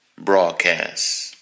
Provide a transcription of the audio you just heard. broadcast